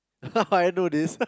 I know this